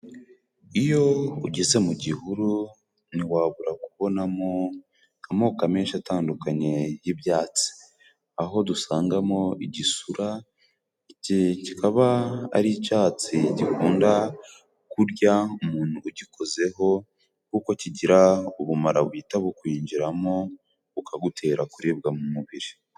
Iyo ugeze mu gihuru ntiwabura kubonamo amoko menshi atandukanye y'ibyatsi aho dusangamo igisura. Kikaba ari icatsi gikunda kurya umuntu ugikozeho kuko kigira ubumara buhita bukwinjiramo bukagutera kuribwa mu mubiri.